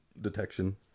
detection